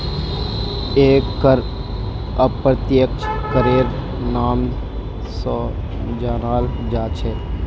एक कर अप्रत्यक्ष करेर नाम स जानाल जा छेक